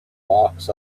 walks